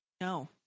No